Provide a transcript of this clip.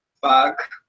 Fuck